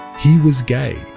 he was gay.